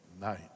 night